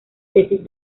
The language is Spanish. tesis